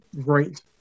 great